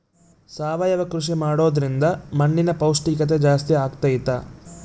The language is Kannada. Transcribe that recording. ಸಾವಯವ ಕೃಷಿ ಮಾಡೋದ್ರಿಂದ ಮಣ್ಣಿನ ಪೌಷ್ಠಿಕತೆ ಜಾಸ್ತಿ ಆಗ್ತೈತಾ?